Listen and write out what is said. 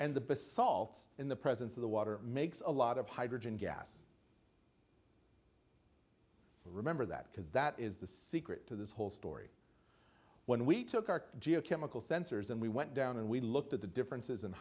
basalts in the presence of the water makes a lot of hydrogen gas remember that because that is the secret to this whole story when we took our geochemical sensors and we went down and we looked at the differences